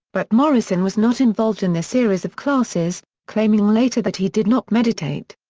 but morrison was not involved in this series of classes, claiming later that he did not meditate.